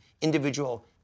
individual